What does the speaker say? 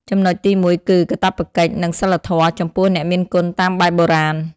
ចំណុចទីមួយគឺ "កាតព្វកិច្ច" និង "សីលធម៌" ចំពោះអ្នកមានគុណតាមបែបបុរាណ។